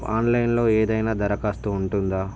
ఆన్లైన్లో ఏదైనా దరఖాస్తు ఉంటుందా